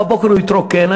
בבוקר הוא יתרוקן,